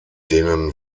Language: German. denen